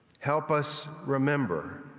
help us remember,